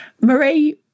Marie